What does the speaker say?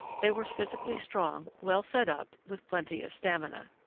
they were physically strong, well set-up, with plenty of stamina.